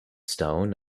stone